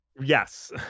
yes